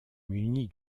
munie